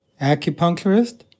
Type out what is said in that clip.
acupuncturist